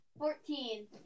Fourteen